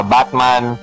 Batman